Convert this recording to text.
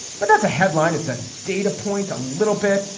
but that's a headline. it's a data point. a little bit.